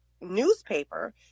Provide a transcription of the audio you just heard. newspaper